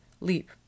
leap